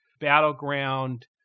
battleground